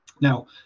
Now